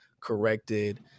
corrected